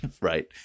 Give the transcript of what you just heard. Right